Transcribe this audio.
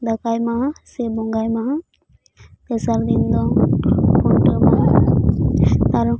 ᱫᱟᱠᱟᱭ ᱢᱟᱦᱟ ᱥᱮ ᱵᱚᱸᱜᱟᱭ ᱢᱟᱦᱟ ᱛᱮᱥᱟᱨ ᱫᱤᱱ ᱫᱚ ᱠᱷᱩᱱᱴᱟᱹᱣ ᱢᱟᱦᱟ ᱟᱨᱚ